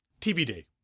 TBD